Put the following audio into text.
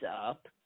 up